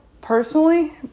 personally